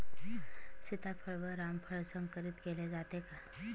सीताफळ व रामफळ संकरित केले जाते का?